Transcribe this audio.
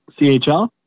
CHL